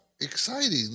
exciting